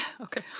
Okay